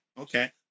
okay